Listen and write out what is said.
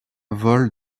vole